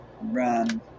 run